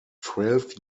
twelve